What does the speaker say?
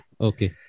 Okay